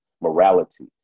morality